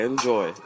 Enjoy